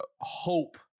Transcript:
hope